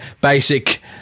basic